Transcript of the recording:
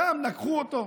גם נגחו אותו,